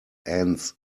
ends